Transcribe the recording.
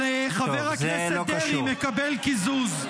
-- אבל חבר הכנסת דרעי מקבל קיזוז.